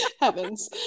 Heavens